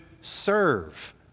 serve